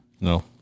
no